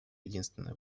единственный